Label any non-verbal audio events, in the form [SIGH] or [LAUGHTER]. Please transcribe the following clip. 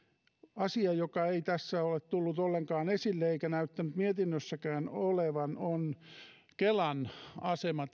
asia joka ei tässä ole tullut ollenkaan esille eikä näyttänyt mietinnössäkään olevan on kelan asema [UNINTELLIGIBLE]